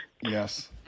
Yes